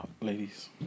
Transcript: Ladies